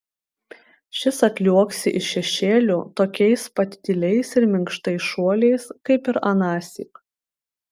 šis atliuoksi iš šešėlių tokiais pat tyliais ir minkštais šuoliais kaip ir anąsyk